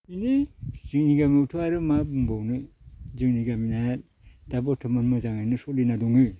बेनो जोंनि गामियावथ' आरो मा बुंबावनो जोंनि गामिया दा बर्तमान मोजाङैनो सोलिना दङ